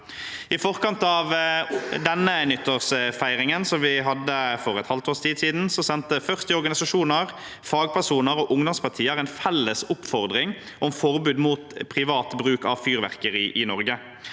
I forkant av nyttårsfeiringen vi hadde for et halvt års tid siden, sendte 40 organisasjoner, fagpersoner og ungdomspartier en felles oppfordring om forbud mot privat bruk av fyrverkeri i Norge.